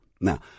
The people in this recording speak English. Now